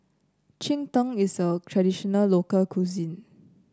Cheng Tng is a traditional local cuisine